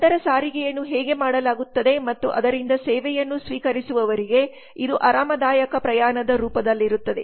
ನಂತರ ಸಾರಿಗೆಯನ್ನು ಹೇಗೆ ಮಾಡಲಾಗುತ್ತದೆ ಮತ್ತು ಆದ್ದರಿಂದ ಸೇವೆಯನ್ನು ಸ್ವೀಕರಿಸುವವರಿಗೆ ಇದು ಆರಾಮದಾಯಕ ಪ್ರಯಾಣದ ರೂಪದಲ್ಲಿರುತ್ತದೆ